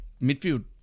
midfield